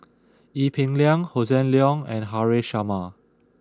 Ee Peng Liang Hossan Leong and Haresh Sharma